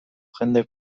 jende